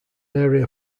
area